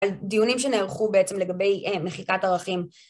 על דיונים שנערכו בעצם לגבי מחיקת ערכים.